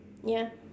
ya